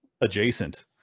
adjacent